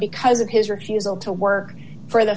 because of his refusal to work for th